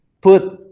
put